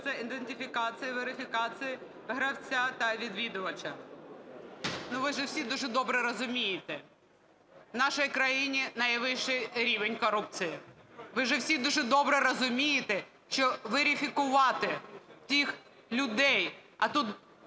ідентифікації, верифікації гравця та відвідувача. Ну, ви же всі дуже добре розумієте, в нашій країні найвищий рівень корупції, ви же всі дуже добре розумієте, що верифікувати тих людей, а тут